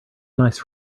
nice